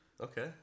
okay